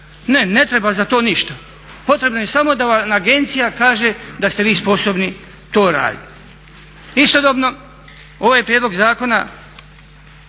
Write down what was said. Ne, ne treba za to ništa, potrebno je samo da vam agencija kaže da ste vi sposobni to raditi. Istodobno ovaj prijedlog zakona